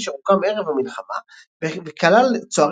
אשר הוקם ערב המלחמה וכלל צוערים